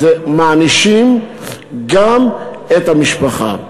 מענישים גם את המשפחה.